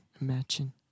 Imagine